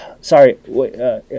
sorry